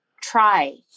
Try